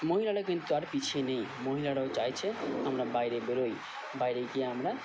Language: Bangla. মহিলারা কিন্তু আর পিছিয়ে নেই মহিলারাও চাইছে আমরা বাইরে বেরোই বাইরে গিয়ে আমরা